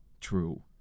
true